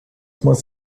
must